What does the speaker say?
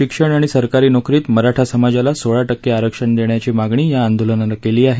शिक्षण आणि सरकारी नोकरीत मराठा समाजाला सोळा टक्के आरक्षण देण्याची मागणी या आंदोलनानं केली आहे